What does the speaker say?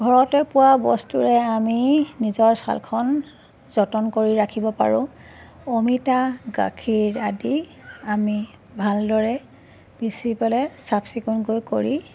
ঘৰতে পোৱা বস্তুৰে আমি নিজৰ ছালখন যতন কৰি ৰাখিব পাৰোঁ অমিতা গাখীৰ আদি আমি ভালদৰে পিচি পেলাই চাফচিকুণকৈ কৰি